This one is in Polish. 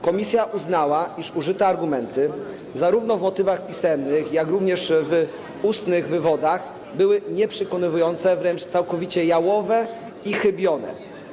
Komisja uznała, iż użyte argumenty, zarówno w motywach pisemnych, jak i w ustnych wywodach, były nieprzekonujące, a wręcz całkowicie jałowe i chybione.